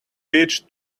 beach